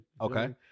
Okay